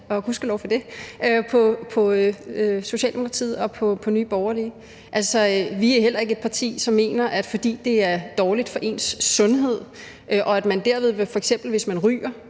og gudskelov for det – på Socialdemokratiet og på Nye Borgerlige. Altså, vi er heller ikke et parti, som mener, at vi, fordi det er dårligt for ens sundhed, og at man, hvis man f.eks.